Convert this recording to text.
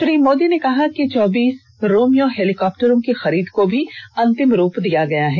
श्री मोदी ने कहा है कि चौबीस रोमियो हैलीकॉप्टरों की खरीद को भी अंतिम रूप दिया गया है